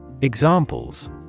Examples